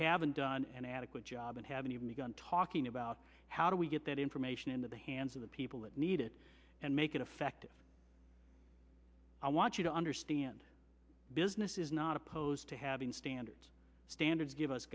haven't done an adequate job and haven't even begun talking about how do we get that information into the hands of the people that need it and make it effective i want you to understand business is not opposed to having standards standards give us